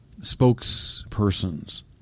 spokespersons